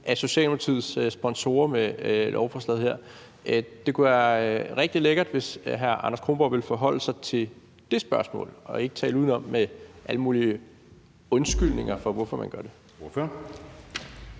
til Socialdemokratiets sponsorer med lovforslaget her. Det kunne være rigtig lækkert, hvis hr. Anders Kronborg ville forholde sig til det spørgsmål og ikke tale udenom med alle mulige undskyldninger for, hvorfor man gør det. Kl.